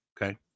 okay